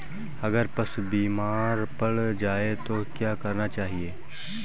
अगर पशु बीमार पड़ जाय तो क्या करना चाहिए?